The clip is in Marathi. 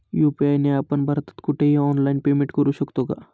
यू.पी.आय ने आपण भारतात कुठेही ऑनलाईन पेमेंट करु शकतो का?